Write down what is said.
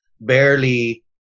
barely